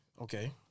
Okay